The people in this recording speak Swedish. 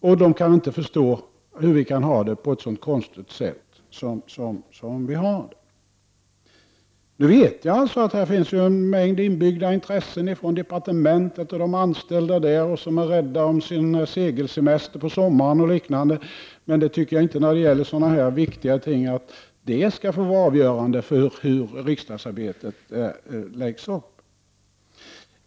Där kan man inte förstå hur vi kan ha det på ett så konstigt sätt som vi har det. Jag vet att det här berör en mängd intressen i departementen och hos de anställda där, som är rädda om sin segelsemester på sommaren och liknande. Men jag tycker inte att det kan få vara avgörande för så viktiga ting som hur riksdagsarbetet läggs upp.